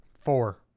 Four